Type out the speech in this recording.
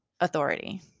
authority